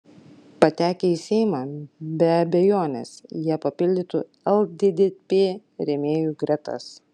patekę į seimą be abejonės jie papildytų lddp rėmėjų gretas